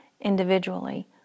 individually